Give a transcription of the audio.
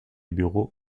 bureaux